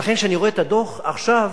ולכן, כשאני רואה את הדוח עכשיו